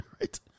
Right